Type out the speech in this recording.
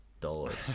dollars